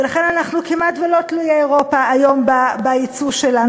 ולכן אנחנו כמעט שלא תלויי אירופה היום בייצוא שלנו.